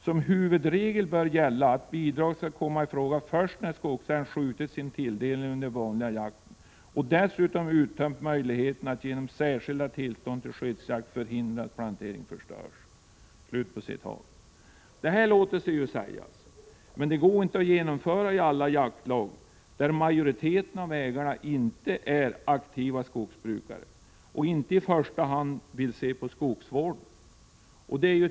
Som huvudregel bör gälla att bidrag skall komma i fråga först när skogsägaren skjutit sin tilldelning under den vanliga jakten och dessutom uttömt möjligheterna att genom särskilda tillstånd till skyddsjakt förhindra att plantering förstörs.” Det låter sig sägas, men det går inte att genomföra i alla de jaktlag där majoriteten av jägarna inte är aktiva skogsbrukare eller i första hand inte vill se på skogsvården.